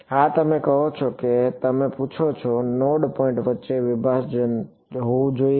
હા તમે કહો છો કે તમે પૂછો છો નોડ પોઈન્ટ વચ્ચે શું વિભાજન હોવું જોઈએ